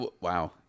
Wow